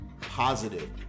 positive